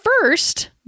first